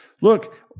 Look